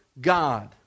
God